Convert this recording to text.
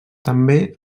també